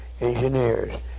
engineers